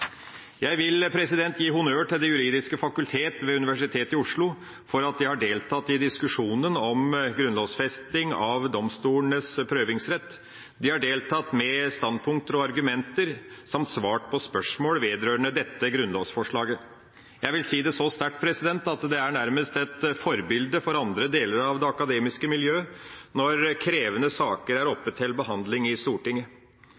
Jeg vil gi honnør til Det juridiske fakultet ved Universitetet i Oslo for at de har deltatt i diskusjonen om grunnlovfesting av domstolenes prøvingsrett. De har deltatt med standpunkter og argumenter samt svart på spørsmål vedrørende dette grunnlovsforslaget. Jeg vil si det så sterkt som at det nærmest er et forbilde for andre deler av det akademiske miljøet når krevende saker er oppe til behandling i Stortinget.